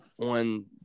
on